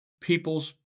people's